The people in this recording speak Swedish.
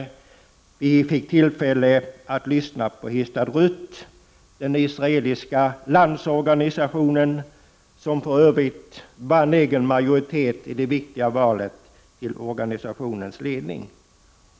Vi fick också tillfälle att lyssna på Histadrut, den israeliska landsorganisationen, som för övrigt vann egen majoritet i det viktiga valet till organisationens ledning.